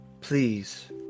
Please